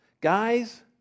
guys